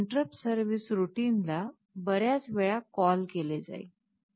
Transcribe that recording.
तर interrupt service routine ला बर्याच वेळा कॉल केले जाईल